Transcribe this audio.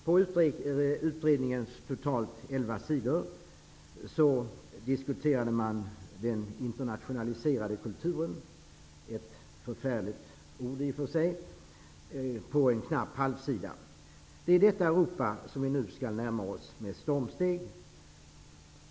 På direktivens totalt 11 sidor diskuterade man den internationaliserade kulturen -- ett förfärligt ord i och för sig -- på en knapp halvsida. Det är detta Europa som vi nu skall närma oss med stormsteg.